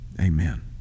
Amen